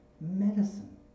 medicine